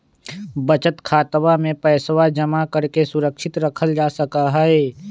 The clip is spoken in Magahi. बचत खातवा में पैसवा जमा करके सुरक्षित रखल जा सका हई